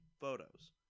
photos